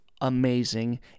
amazing